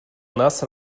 нас